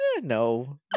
No